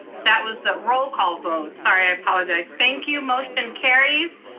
that was the roll call vote. sorry, i apologize. thank you, motion carries.